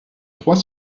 trois